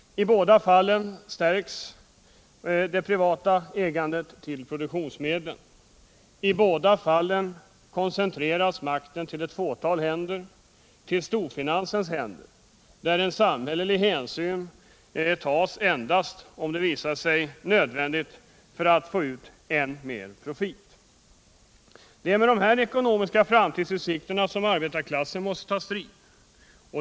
I båda fallen stärks det privata ägandet till produktionsmedlen. I båda fallen koncentreras makten till ett fåtal händer, till storfinansens händer, där en samhällelig hänsyn endast tas om det visar sig nödvändigt att få ut ännu mer profit. Det är om dessa ekonomiska framtidsutsikter som arbetarklassen måste ta strid.